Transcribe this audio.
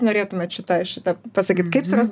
norėtumėt šita šita pasakyt kaip surast